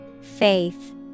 Faith